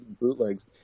bootlegs